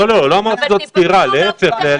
לא אמרתי שזו סתירה אלא להפך,